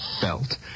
felt